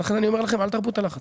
ולכן אני אומר לכם, אל תרפו את הלחץ.